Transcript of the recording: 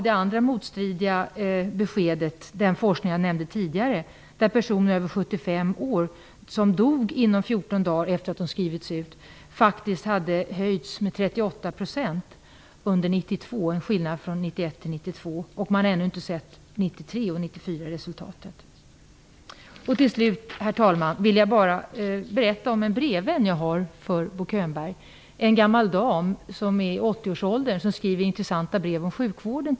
Det andra motstridiga beskedet kommer från den forskning jag nämnde tidigare, med personer över Den andelen har faktiskt ökat med 38 % mellan 1991 och 1992. Man har ännu inte sett resultaten av Till slut, herr talman, vill jag berätta för Bo Könberg om en brevvän jag har. Det är en dam i 80 årsåldern som skriver intressanta brev till mig om sjukvården.